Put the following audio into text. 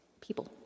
people